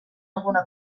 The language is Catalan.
alguna